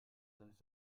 senf